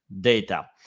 data